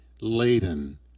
laden